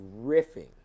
riffing